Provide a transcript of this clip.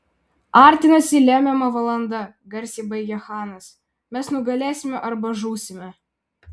artinasi lemiama valanda garsiai baigė chanas mes nugalėsime arba žūsime